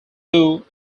who